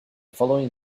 following